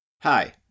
Hi